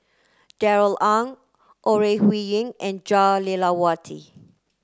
Darrell Ang Ore Huiying and Jah Lelawati